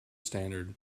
standard